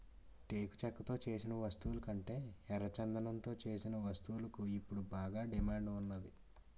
టేకు చెక్కతో సేసిన వస్తువులకంటే ఎర్రచందనంతో సేసిన వస్తువులకు ఇప్పుడు బాగా డిమాండ్ ఉన్నాది